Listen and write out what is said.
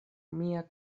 mia